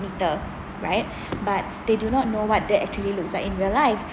meter right but they do not know what that actually looks like in real life